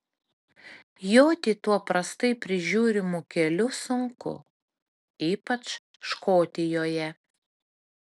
joti tuo prastai prižiūrimu keliu sunku ypač škotijoje